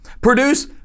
produce